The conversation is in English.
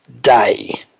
day